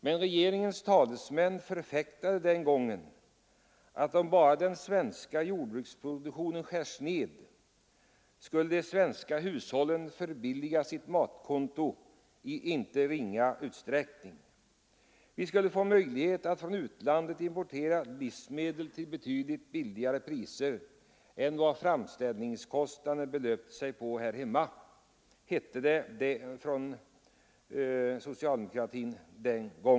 Men regeringens talesmän förfäktade den gången att om bara den svenska jordbruksproduktionen skars ned, skulle de svenska hushållen förbilliga sitt matkonto i inte ringa utsträckning. Vi skulle få möjlighet att från utlandet importera livsmedel till betydligt lägre priser än vad framställningskostnaden belöpte sig till här hemma, hette det från socialdemokratin.